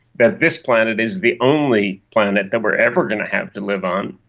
that this planet is the only planet that we are ever going to have to live on,